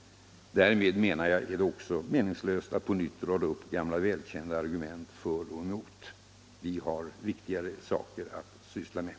Därmed menar jag att det också är meningslöst att på nytt rada upp gamla välkända argument för och emot. Vi har viktigare saker att syssla med.